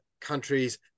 countries